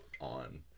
on